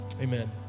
amen